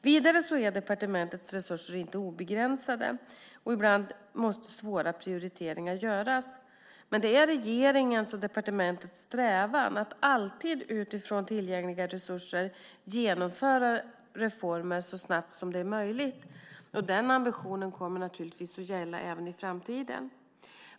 Vidare är departementets resurser inte obegränsade, och ibland måste svåra prioriteringar göras. Men det är regeringens och departementets strävan att alltid utifrån tillgängliga resurser genomföra reformer så snabbt som det är möjligt. Den ambitionen kommer givetvis gälla även i framtiden.